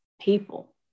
people